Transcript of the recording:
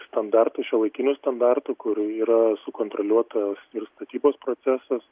standartų šiuolaikinių standartų kur yra sukontroliuota ir statybos procesas